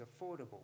affordable